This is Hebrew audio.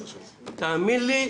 תאמין לי,